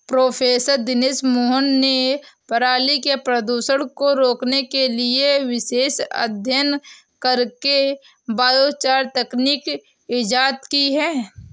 professor Dinesh Mohan ने पराली के प्रदूषण को रोकने के लिए विशेष अध्ययन करके बायोचार तकनीक इजाद की है